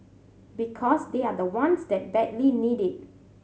because they are the ones that badly need it